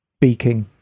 Beaking